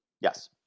Yes